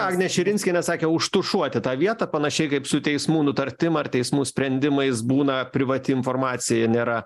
agnė širinskienė sakė užtušuoti tą vietą panašiai kaip su teismų nutartim ar teismų sprendimais būna privati informacija nėra